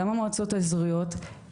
גם המועצות האזוריות,